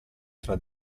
tra